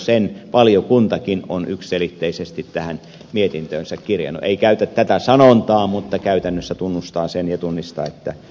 sen valiokuntakin on yksiselitteisesti mietintöönsä kirjannut ei käytä tätä sanontaa mutta käytännössä tunnustaa ja tunnistaa sen että se sitä on